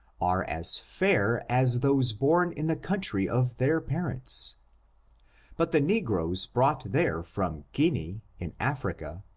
are as fair as those born in the country of their parents but the negroes brought there from guinea, in africa,